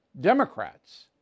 Democrats